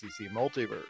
Multiverse